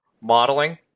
modeling